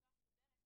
שני,